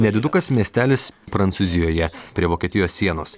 nedidukas miestelis prancūzijoje prie vokietijos sienos